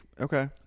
Okay